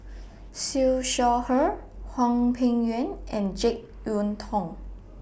Siew Shaw Her Hwang Peng Yuan and Jek Yeun Thong